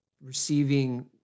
receiving